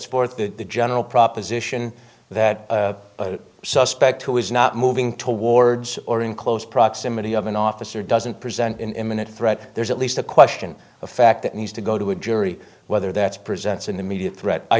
support the general proposition that a suspect who is not moving towards or in close proximity of an officer doesn't present an imminent threat there's at least a question of fact that needs to go to a jury whether that's presents an immediate threat i